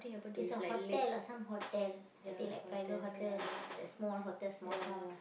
it's a hotel uh some hotel I think like private hotel ah like small hotel small small